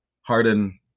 Harden